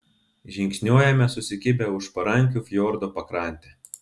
žingsniuojame susikibę už parankių fjordo pakrante